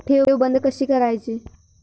ठेव बंद कशी करायची?